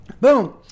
Boom